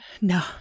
No